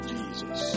Jesus